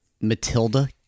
Matilda